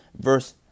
verse